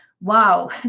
wow